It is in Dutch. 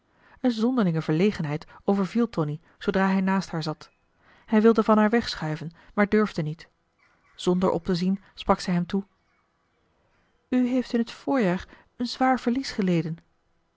een zonderlinge verlegenheid overviel tonie zoodra hij naast haar zat hij wilde van haar wegschuiven maar durfde niet zonder optezien sprak zij hem toe u heeft in het voorjaar een zwaar verlies geleden